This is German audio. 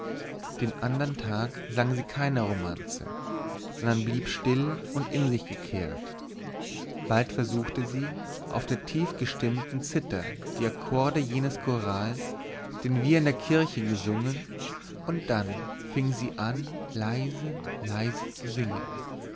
den andern tag sang sie keine romanze sondern blieb still und in sich gekehrt bald versuchte sie auf der tiefgestimmten zither die akkorde jenes chorals den wir in der kirche gesungen und dann fing sie an leise leise zu singen